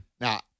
Now